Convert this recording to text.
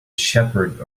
shepherd